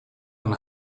and